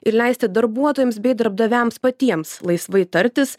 ir leisti darbuotojams bei darbdaviams patiems laisvai tartis